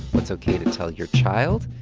what's ok to tell your child?